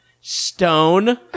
Stone